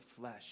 flesh